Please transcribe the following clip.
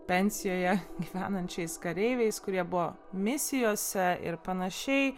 pensijoje gyvenančiais kareiviais kurie buvo misijose ir panašiai